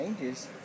changes